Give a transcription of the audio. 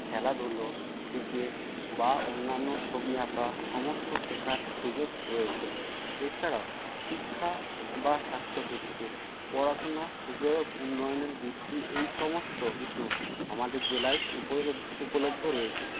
খেলাধুলা ক্রিকেট বা অন্যান্য ছবি আঁকা সমস্ত শেখার সুযোগ রয়েছে এছাড়াও শিক্ষা বা স্বাস্থ্যক্ষেত্রে পড়াশোনার সুযোগ উন্নয়নের বৃদ্ধি এই সমস্ত কিছু আমাদের জেলায় উপলব্ধ রয়েছে